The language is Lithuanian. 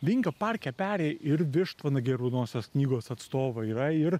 vingio parke peri ir vištvanagiai raudonosios knygos atstovai yra ir